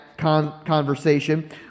conversation